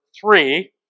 three